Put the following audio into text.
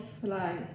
fly